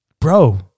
bro